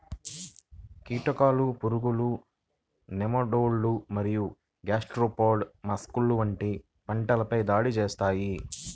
కీటకాలు, పురుగులు, నెమటోడ్లు మరియు గ్యాస్ట్రోపాడ్ మొలస్క్లు వంటివి పంటలపై దాడి చేస్తాయి